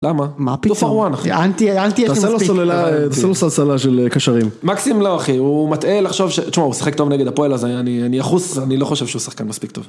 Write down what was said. למה, מה פיצו, אל תהיה, אל תהיה, תעשה לו סלסלה, תעשה לו סלסלה של קשרים, מקסים לא אחי, הוא מטעה לחשוב, תשמע הוא משחק טוב נגד הפועל הזה, אני אחוס, אני לא חושב שהוא שחקן מספיק טוב.